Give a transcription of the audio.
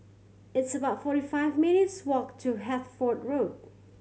it's about forty five minutes' walk to Hertford Road